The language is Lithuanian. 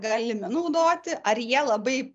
galimi naudoti ar jie labai